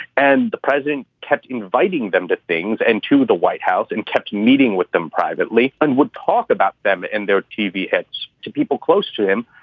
and the president kept inviting them to things and to the white house and kept meeting with them privately and would talk about them in their tv ads to people close to him.